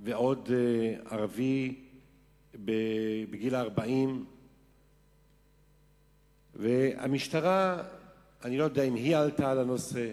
ועוד ערבי בגיל 40. אני לא יודע אם המשטרה עלתה על הנושא,